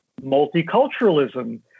multiculturalism